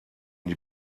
die